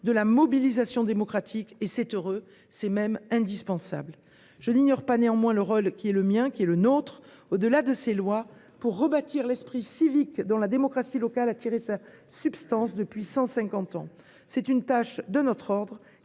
de la mobilisation démocratique. C’est heureux, c’est même indispensable. Néanmoins, je n’ignore pas le rôle qui est le mien et qui est le nôtre, au delà de ces lois, pour rebâtir l’esprit civique dont la démocratie locale a tiré sa substance depuis 150 ans. C’est une tâche d’un autre ordre,